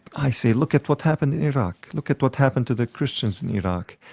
i say, look at what happened in iraq. look at what happened to the christians in iraq.